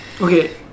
Okay